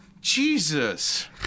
Jesus